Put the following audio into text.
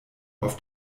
auf